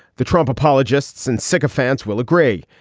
the trump apologists and sycophants will agree,